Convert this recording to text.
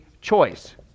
choice